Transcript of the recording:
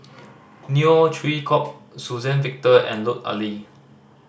Neo Chwee Kok Suzann Victor and Lut Ali